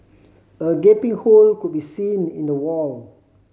a gaping hole could be seen in the wall